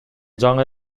жаңы